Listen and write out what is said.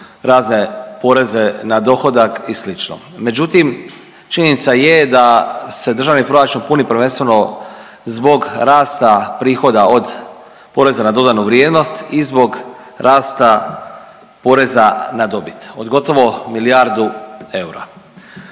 razne poreze na dohodak i slično. Međutim, činjenica je da se državni proračun puni prvenstveno zbog rasta prihoda od poreza na dodanu vrijednost i zbog rasta poreza na dobit od gotovo milijardu eura.